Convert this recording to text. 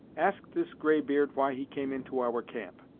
ask this grey beard why he came into our camp?